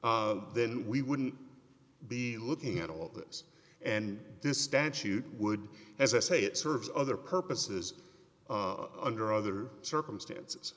eighteen then we wouldn't be looking at all of this and this statute would as i say it serves other purposes of under other circumstances